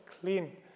clean